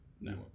No